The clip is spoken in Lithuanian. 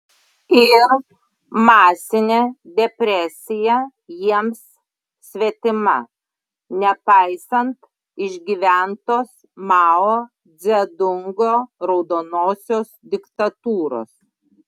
ir masinė depresija jiems svetima nepaisant išgyventos mao dzedungo raudonosios diktatūros